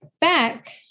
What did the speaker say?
back